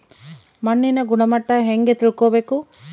ಮಣ್ಣಿನ ಗುಣಮಟ್ಟ ಹೆಂಗೆ ತಿಳ್ಕೊಬೇಕು?